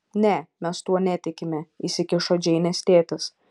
ne mes tuo netikime įsikišo džeinės tėtis